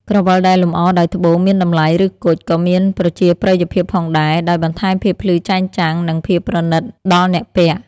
ក្រវិលដែលលម្អដោយត្បូងមានតម្លៃ ឬគុជ ក៏មានប្រជាប្រិយភាពផងដែរ ដោយបន្ថែមភាពភ្លឺចែងចាំង និងភាពប្រណីតដល់អ្នកពាក់។